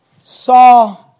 saw